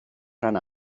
rhan